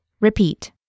Repeat